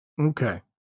Okay